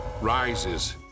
rises